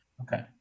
Okay